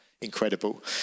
incredible